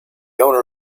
owner